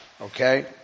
Okay